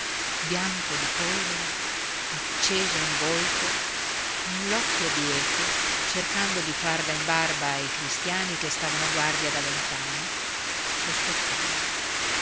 bianco di polvere acceso in volto con l'occhio bieco cercando di farla in barba ai cristiani che stavano a guardia da lontano sospettosi